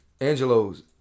Angelo's